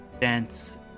dance